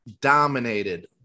dominated